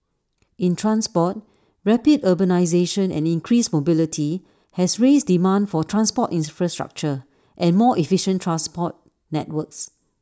in transport rapid urbanisation and increased mobility has raised demand for transport infrastructure and more efficient transport networks